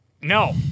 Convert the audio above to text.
No